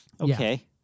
Okay